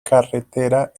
carretera